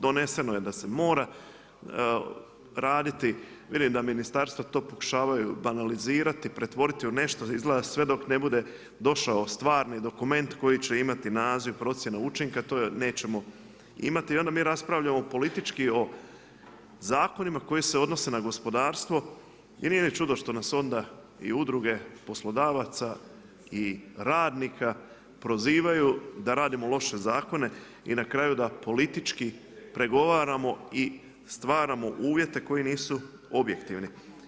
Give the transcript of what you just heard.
Doneseno je da se mora raditi, vidim da u ministarstvu to pokušavaju banalizirati, pretvoriti u nešto, izgleda sve dok ne bude došao stvarni dokument koji će imati naziv procjene učinka, to nećemo imati, onda mi raspravljamo politički o zakonima koji se odnose na gospodarstvo i nije ni čudo što nas onda i u druge poslodavaca i radnika prozivaju da radimo loše zakone i na kraju da politički pregovaramo i stvaramo uvjete koji nisu objektivni.